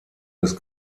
des